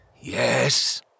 Yes